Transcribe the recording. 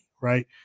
right